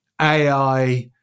AI